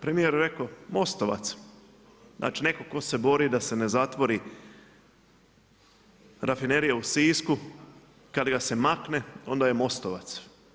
Premijer je rekao MOST-ovac, znači netko tko se bori da se ne zatvori rafinerija u Sisku, kada ga se makne onda je MOST-ovac.